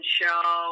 show